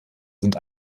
sind